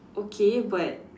okay but